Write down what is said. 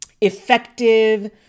effective